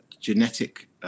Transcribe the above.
genetic